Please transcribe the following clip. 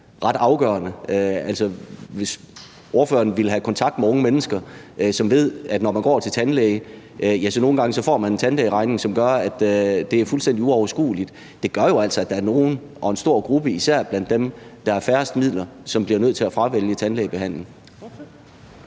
ret afgørende. Altså, hvis ordføreren havde kontakt med unge mennesker, ville han vide, at når man går til tandlæge, ja, så får man nogle gange en tandlægeregning, som gør, at det er fuldstændig uoverskueligt. Det gør jo altså, at der er nogle – og især en stor gruppe blandt dem, der har færrest midler – som bliver nødt til at fravælge tandlægebehandling.